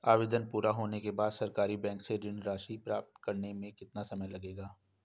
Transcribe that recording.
आवेदन पूरा होने के बाद सरकारी बैंक से ऋण राशि प्राप्त करने में कितना समय लगेगा?